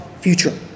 future